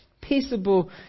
peaceable